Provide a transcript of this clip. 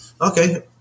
Okay